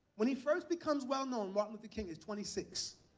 when he first becomes well known, martin luther king is twenty six.